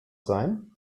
sein